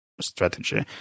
strategy